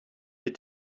des